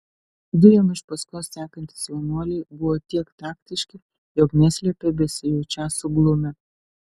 du jam iš paskos sekantys jaunuoliai buvo tiek taktiški jog neslėpė besijaučią suglumę